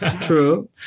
True